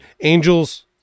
Angels